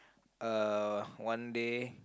uh one day